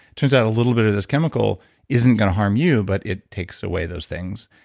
turns out a little bit of this chemical isn't going to harm you, but it takes away those things.